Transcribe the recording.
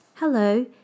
Hello